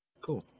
Cool